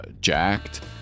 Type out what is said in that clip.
jacked